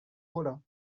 rollat